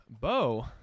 Bo